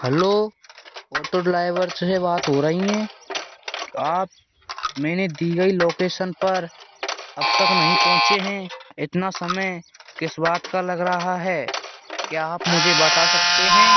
hello auto driver से बात हो रही हैं आप मैंने दी गई लोकेसन पर अब तक नहीं पहुँचे हें इतना समय किस बात का लग रहा है क्या आप मुझे बता सकते हैं